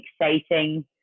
exciting